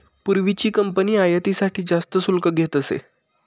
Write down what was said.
पूर्वीची कंपनी आयातीसाठी जास्त शुल्क घेत असे